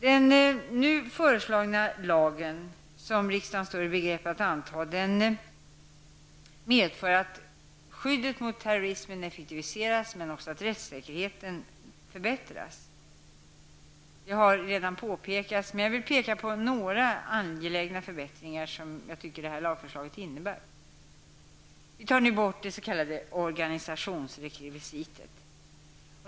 Den nu föreslagna lagen, som riksdagen står i begrepp att anta, medför att skyddet emot terrorismen effektiviseras men också att rättssäkerheten förbättras. Jag vill peka på några angelägna förbättringar, som jag tycker att detta förslag innebär. Vi tar nu bort det s.k. organisationsrekvisitet.